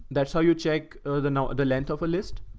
that's how you check the now the lent of a list.